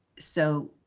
so,